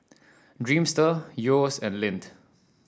Dreamster Yeo's and Lindt